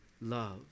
love